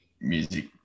music